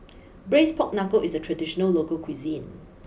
Braised Pork Knuckle is a traditional local cuisine